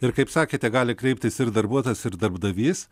ir kaip sakėte gali kreiptis ir darbuotojas ir darbdavys